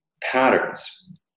patterns